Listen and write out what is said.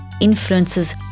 influences